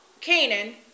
Canaan